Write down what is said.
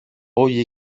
όλη